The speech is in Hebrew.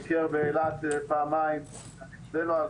ביקר באילת פעמיים --- אני חושב